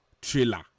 trailer